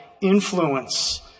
influence